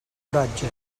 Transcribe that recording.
coratge